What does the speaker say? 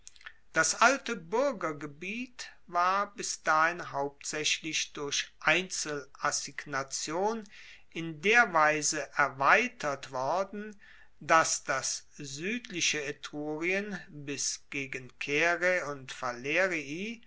das alte buergergebiet war bis dahin hauptsaechlich durch einzelassignation in der weise erweitert worden dass das suedliche etrurien bis gegen caere und